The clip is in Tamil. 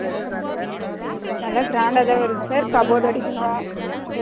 ம் நல்லா க்ராண்டாக தான் வருது சார் கபோர்டு அடிக்கணும்